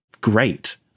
great